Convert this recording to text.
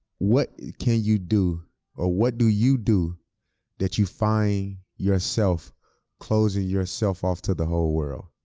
what can you do or what do you do that you find yourself closing yourself off to the whole world,